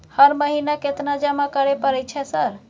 हर महीना केतना जमा करे परय छै सर?